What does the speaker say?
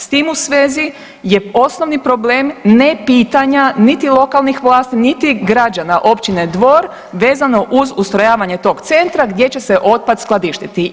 S tim u svezi je osnovni problem ne pitanja niti lokalnih vlasti, niti građana općine Dvor vezano uz ustrojavanje tog centra gdje će se otpad skladištiti.